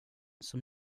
som